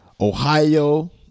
Ohio